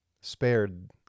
spared